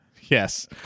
Yes